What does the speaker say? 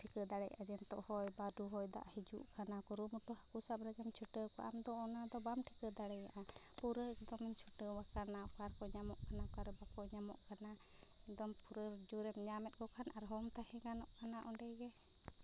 ᱴᱷᱤᱠᱟᱹ ᱫᱟᱲᱮᱭᱟᱜᱼᱟ ᱱᱤᱛᱚᱜ ᱦᱚᱭ ᱵᱟᱹᱨᱰᱩ ᱦᱚᱭᱫᱟᱜ ᱦᱤᱡᱩᱜ ᱠᱟᱱᱟ ᱠᱩᱨᱩᱢᱩᱴᱩ ᱦᱟᱹᱠᱩ ᱥᱟᱵ ᱨᱮᱜᱮᱢ ᱪᱷᱩᱴᱟᱹᱣ ᱠᱚᱜᱼᱟ ᱟᱢᱫᱚ ᱚᱱᱟᱫᱚ ᱵᱟᱢ ᱴᱷᱤᱠᱟᱹ ᱫᱟᱲᱮᱭᱟᱜᱼᱟ ᱯᱩᱨᱟᱹ ᱮᱠᱫᱚᱢ ᱪᱷᱩᱴᱟᱹ ᱟᱠᱟᱱᱟ ᱚᱠᱟᱨᱮ ᱧᱟᱢᱚᱜ ᱠᱟᱱᱟ ᱚᱠᱟᱨᱮ ᱵᱟᱠᱚ ᱧᱟᱢᱚᱜ ᱠᱟᱱᱟ ᱮᱠᱫᱚᱢ ᱯᱩᱨᱟᱹ ᱡᱳᱨᱮᱢ ᱧᱟᱢᱮᱫᱠᱚ ᱠᱷᱟᱱ ᱟᱨᱦᱚᱸ ᱛᱟᱦᱮᱸ ᱜᱟᱱᱚᱜ ᱠᱟᱱᱟ ᱚᱸᱰᱮᱜᱮ